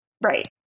Right